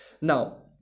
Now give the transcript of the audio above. now